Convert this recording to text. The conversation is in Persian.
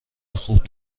خوب